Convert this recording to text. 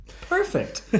Perfect